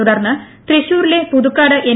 തുടർന്ന് തൃശ്ശൂരിലെ പുതുക്കാട് എൻ